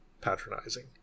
patronizing